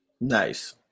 Nice